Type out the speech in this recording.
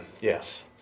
yes